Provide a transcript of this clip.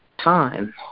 time